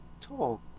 talk